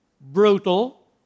brutal